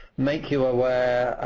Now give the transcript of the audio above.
make you aware,